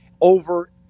Over